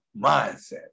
mindset